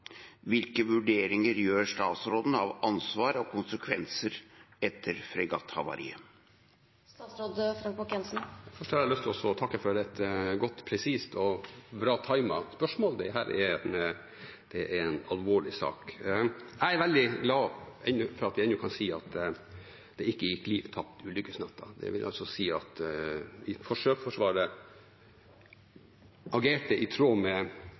å takke for et godt, presist og bra timet spørsmål. Dette er en alvorlig sak. Jeg er fortsatt veldig glad for at vi kan si at det ikke gikk liv tapt ulykkesnatta. Det vil altså si at Sjøforsvaret agerte i tråd med